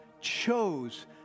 chose